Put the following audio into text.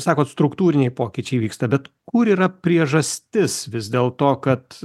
sakot struktūriniai pokyčiai vyksta bet kur yra priežastis vis dėlto kad